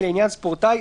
ולעניין ספורטאי,